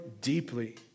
deeply